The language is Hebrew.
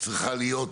צריכה להיות,